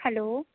hello